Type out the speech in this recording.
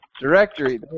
Directory